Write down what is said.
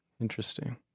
Interesting